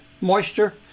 moisture